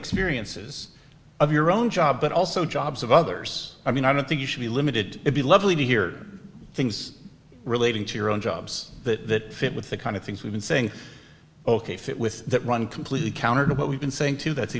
experiences of your own job but also jobs of others i mean i don't think you should be limited to be lovely to hear things relating to your own jobs that fit with the kind of things we've been saying ok fit with that run completely counter to what we've been saying too that's